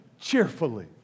cheerfully